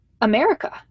America